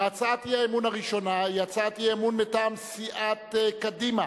והצעת האי-אמון הראשונה היא הצעת אי-אמון מטעם סיעת קדימה,